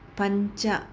पञ्च